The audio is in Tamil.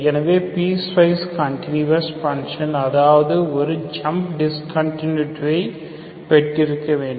எனவே பீஸ் வைஸ் கண்டினுயஸ் பங்க்ஷன் அதாவது ஒரு ஜம்ப் டிஸ்கன்டினியூட்டியை பெற்றிருக்க வேண்டும்